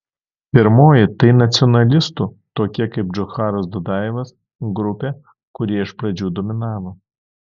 pirmoji tai nacionalistų tokie kaip džocharas dudajevas grupė kurie iš pradžių dominavo